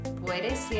puedes